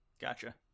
Gotcha